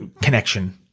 connection